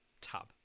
tub